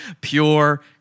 Pure